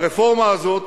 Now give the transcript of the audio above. הרפורמה הזאת